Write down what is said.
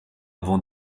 avant